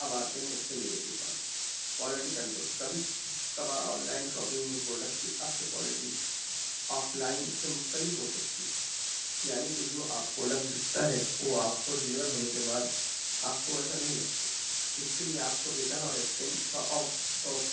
اب آتے ہیں اس کے نگیٹیو پوائنٹس کوالٹی کنٹرول کبھی کبھار آن لائن شاپنگ میں پروڈکٹ کی اصل کوالٹی آف لائن سے مختلف ہو سکتی ہے یعنی کہ جو آپ پروڈکٹ دکھتا ہے وہ آپ کو ڈیلیور ہونے کے بعد آپ کو ویسا نہیں لگتا ا س کے لیے آپ کو ریٹرن اور ایکسچینج کا